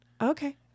Okay